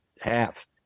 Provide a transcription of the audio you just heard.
half